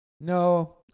No